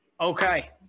Okay